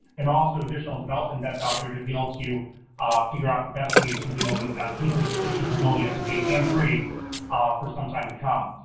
and also additional development that's out there to be able to ah figure out the best way to be able to keep this capability up to date and free for some time to come.